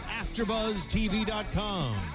AfterBuzzTV.com